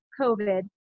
COVID